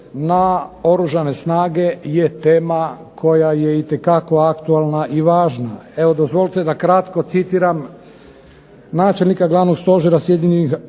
načelnika glavnog stožera ili